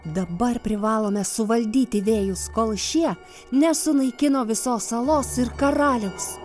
dabar privalome suvaldyti vėjus kol šie nesunaikino visos salos ir karaliaus